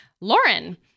Lauren